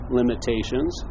limitations